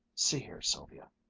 see here, sylvia,